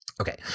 Okay